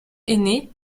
énée